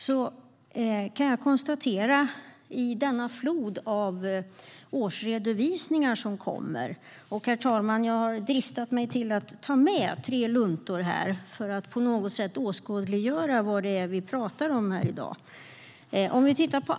Varje år kommer det en flod av årsredovisningar, och jag har dristat mig till att ta med tre luntor hit för att på något sätt åskådliggöra vad vi pratar om här i dag.